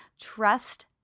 trust